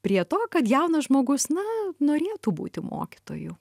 prie to kad jaunas žmogus na norėtų būti mokytoju